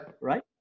Right